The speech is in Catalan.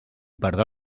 perdrà